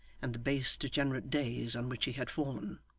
and the base degenerate days on which he had fallen.